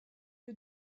you